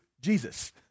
Jesus